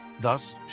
Thus